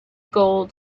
gold